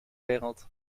wereld